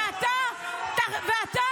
והינה,